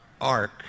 Ark